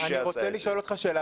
אני רוצה לשאול אותך שאלה,